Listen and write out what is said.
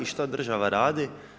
I što država radi?